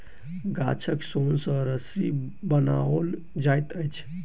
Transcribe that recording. गाछक सोन सॅ रस्सी बनाओल जाइत अछि